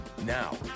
Now